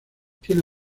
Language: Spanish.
tiene